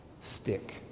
stick